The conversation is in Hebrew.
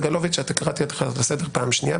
קורא אותך לסדר פעם שנייה.